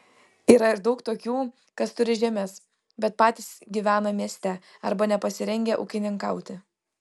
yra ir daug tokių kas turi žemės bet patys gyvena mieste arba nepasirengę ūkininkauti